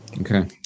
okay